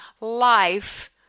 life